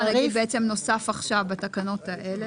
הרי"ף כפר הנגיד בעצם נוסף עכשיו בתקנות האלה.